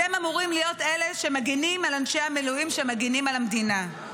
אתם אמורים להיות אלה שמגינים על אנשי המילואים שמגינים על המדינה.